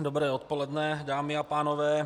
Dobré odpoledne, dámy a pánové.